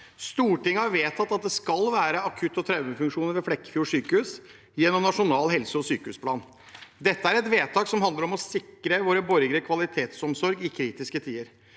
Stortinget har vedtatt at det skal være akutt- og traumefunksjoner ved Flekkefjord sykehus gjennom nasjonal helse- og sykehusplan. Dette er et vedtak som handler om å sikre våre borgere kvalitetsomsorg i kritiske tider.